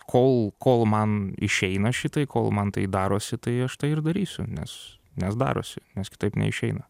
kol kol man išeina šitai kol man tai darosi tai aš tai ir darysiu nes nes darosi nes kitaip neišeina